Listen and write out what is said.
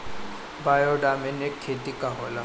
Biodynamic खेती का होला?